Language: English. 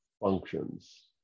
functions